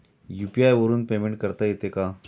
UPI वरून payment करता येते का?